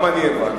גם אני הבנתי.